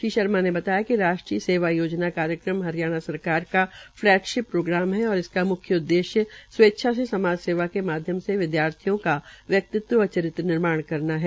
श्री शर्मा ने बताया कि राष्ट्रीय सेवा योजना कार्यक्रम हरियाणा सरकार का फलैगशिप प्रोग्राम है इसका म्ख्य उद्देश्य स्वेच्छा से समाजसेवा के माध्यम से विद्यार्थियों का व्यक्तितव व चरित्र निर्माण करना है